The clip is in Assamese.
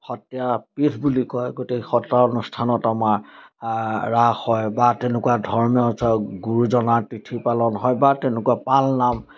সত্ৰীয়া পীঠ বুলি কয় গতিকে সত্ৰ অনুষ্ঠানত আমাৰ ৰাস হয় বা তেনেকুৱা ধৰ্মীয় গুৰুজনাৰ তিথি পালন হয় বা তেনেকুৱা পালনাম